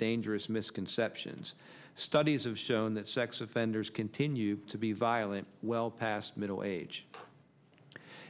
dangerous misconceptions studies have shown that sex offenders continue to be violent well past middle age